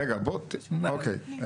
רגע, אוקיי.